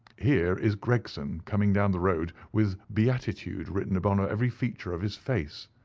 here is gregson coming down the road with beatitude written upon ah every feature of his face.